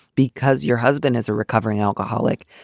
because your husband is a recovering alcoholic.